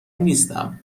نیستم